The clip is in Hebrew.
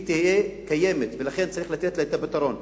היא תהיה קיימת, ולכן צריך לתת לה את הפתרון.